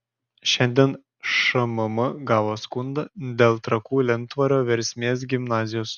šiandien šmm gavo skundą dėl trakų lentvario versmės gimnazijos